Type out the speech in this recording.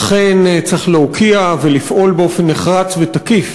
אכן, צריך להוקיע ולפעול באופן נחרץ ותקיף